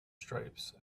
stripes